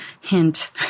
hint